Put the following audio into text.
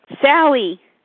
Sally